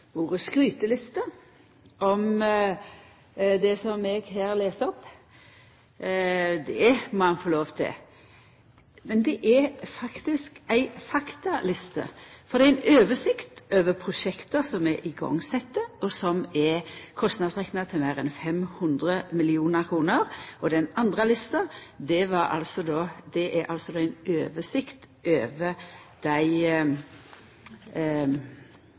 ordet «skryteliste» om det som eg las opp her. Det må han få lov til. Men det er faktisk ei faktaliste. Det er ei oversikt over prosjekt som er sette i gang, og som er kostnadsrekna til meir enn 500 mill. kr. Den andre lista er ei oversikt over dei